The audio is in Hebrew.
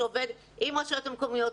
שעובד עם הרשויות המקומיות,